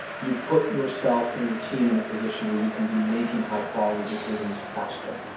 you put yourself and your team in a position where you can be making high quality decisions faster.